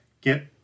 get